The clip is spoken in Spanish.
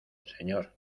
señor